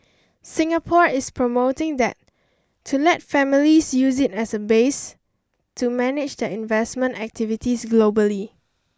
Singapore is promoting that to let families use it as a base to manage their investment activities globally